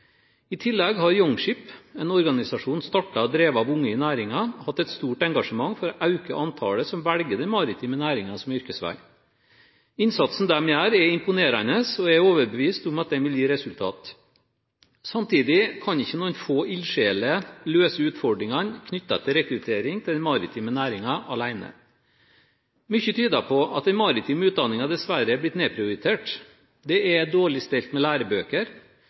I tillegg har «Youngship», en organisasjon startet og drevet av unge i næringen, hatt et stort engasjement for å øke antallet som velger den maritime næringen som yrkesvei. Innsatsen de gjør, er imponerende. Jeg er overbevist om at den vil gi resultater. Samtidig kan ikke noen få ildsjeler alene løse utfordringene knyttet til rekruttering til den maritime næringen. Mye tyder på at den maritime utdanningen dessverre er blitt nedprioritert. Det er dårlig stelt med lærebøker.